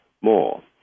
more